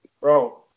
Bro